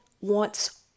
wants